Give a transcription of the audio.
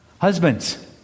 Husbands